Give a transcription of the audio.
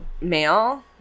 male